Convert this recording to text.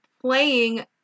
playing